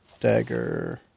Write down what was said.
dagger